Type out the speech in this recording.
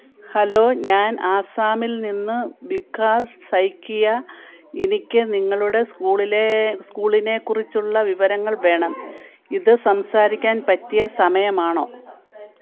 hello ഞാൻ ആസാമിൽ നിന്ന് ബികാസ് സൈക്കിയ എനിക്ക് നിങ്ങളുടെ സ്കൂളിലേ സ്കൂളിനേക്കുറിച്ചുള്ള വിവരങ്ങൾ വേണം ഇത് സംസാരിക്കാൻ പറ്റിയ സമയമാണോ